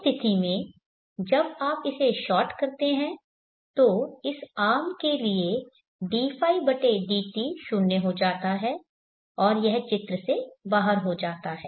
उस स्थिति में जब आप इसे शॉर्ट करते हैं तो इस आर्म के लिए dϕdt 0 हो जाता है और यह चित्र से बाहर हो जाता है